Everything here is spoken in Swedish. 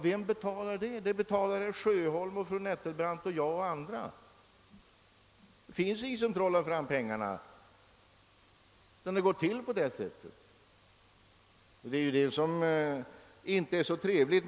Vem betalar det? Det betalar herr Sjöholm och fru Nettelbrandt och jag och andra. Det finns ingen som trollar fram pengarna, utan det går till på det sättet. Det är inte så trevligt.